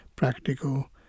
practical